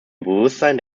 bewusstsein